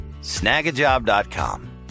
snagajob.com